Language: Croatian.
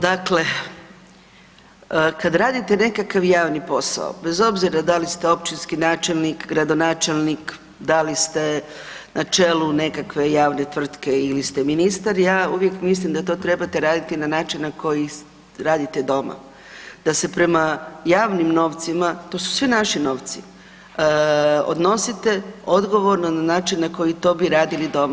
Dakle, kad radite nekakav javni posao bez obzira da li ste općinski načelnik, gradonačelnik, da li ste na čelu nekakve javne tvrtke ili ste ministar, ja uvijek mislim da to trebate raditi na način na koji radite doma, da se prema javnim novcima, to su svi naši novci, odnosite odgovorno na način na koji to bi radili doma.